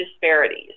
disparities